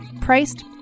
priced